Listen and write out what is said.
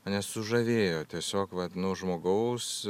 mane sužavėjo tiesiog vat nu žmogaus